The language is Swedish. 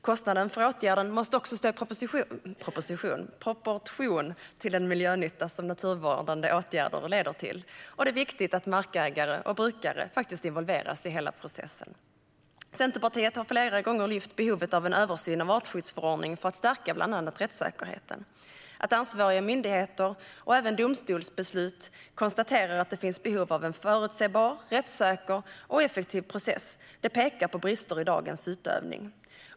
Kostnaden för åtgärden måste också stå i proportion till den miljönytta som de naturvårdande åtgärderna leder till, och det är viktigt att markägare och brukare faktiskt involveras i hela processen. Centerpartiet har flera gånger lyft fram behovet av en översyn av artskyddsförordningen för att stärka bland annat rättssäkerheten. Att ansvariga myndigheter och även domstolsbeslut konstaterat att det finns behov av en förutsebar, rättssäker och effektiv process pekar på brister i dagens utövning.